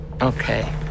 Okay